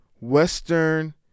Western